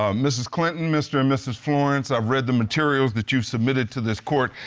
ah mrs. clinton, mr. and mrs. florence, i've read the materials that you've submitted to this court.